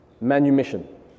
manumission